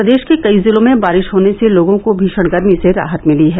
प्रदेष के कई जिलों में बारिष होने से लोगों को भीशण गर्मी से राहत मिली है